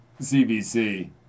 CBC